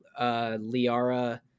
Liara